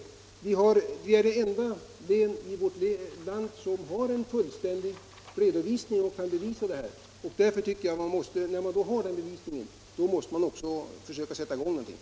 Stockholms län är det enda i landet som har en fullständig redovisning och kan bevisa 130 hur det ligger till. Här måste man göra någonting för att sätta fart på restaureringarna.